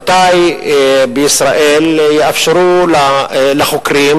מתי בישראל יאפשרו לחוקרים,